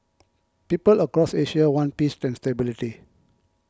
people across Asia want peace and stability